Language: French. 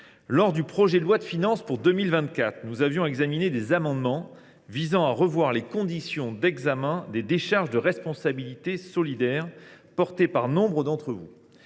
du projet de loi de finances (PLF) pour 2024, nous avions examiné des amendements visant à revoir les conditions d’examen des décharges de responsabilité solidaire (DRS), défendus par nombre d’entre vous.